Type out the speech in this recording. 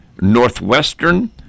Northwestern